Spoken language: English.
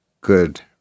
good